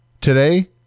Today